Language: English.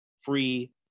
free